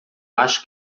acho